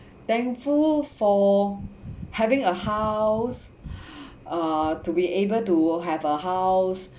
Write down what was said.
thankful for having a house uh to be able to have a house